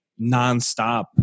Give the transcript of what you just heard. nonstop